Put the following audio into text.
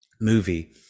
movie